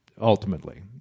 ultimately